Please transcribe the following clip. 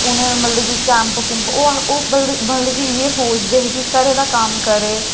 but जेह्ड़ी मेरी मम्मा न उ'नें मतलब कि कैम्प कुम्प ओह् मतलब कि इ'यै सोचदे हे कि घरै दा कम्म करै